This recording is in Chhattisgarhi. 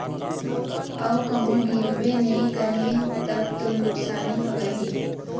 अऊ कहूँ गिरबे नइ करही तब तो नुकसानी हवय ही